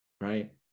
right